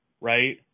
right